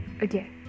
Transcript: Again